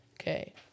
Okay